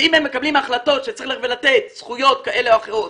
הרי אם הם מקבלים החלטות שצריך לתת זכויות כאלה ואחרות,